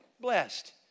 blessed